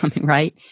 right